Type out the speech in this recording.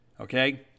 Okay